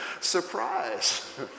surprise